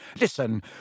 Listen